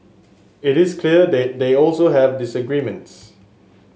it is clear they they also have disagreements